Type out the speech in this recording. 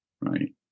right